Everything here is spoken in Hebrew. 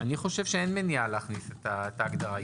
אני חושב שאין מניעה להכניס את ההגדרה,